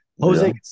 Jose